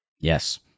Yes